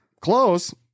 Close